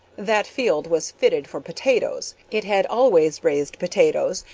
that field was fitted for potatoes, it had always raised potatoes,